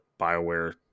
Bioware